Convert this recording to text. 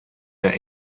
der